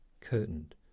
curtained